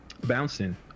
bouncing